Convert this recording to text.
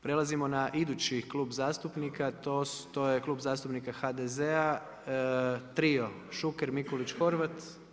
Prelazimo na idući klub zastupnika, to je Klub zastupnika HDZ-a trio Šuker, Mikulić, Horvat.